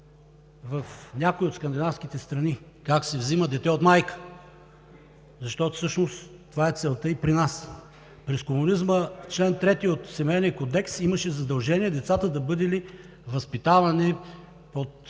в някои от скандинавските страни – как се взима дете от майка, защото всъщност това е целта и при нас. През комунизма чл. 3 от Семейния кодекс имаше задължение децата да бъдели възпитавани в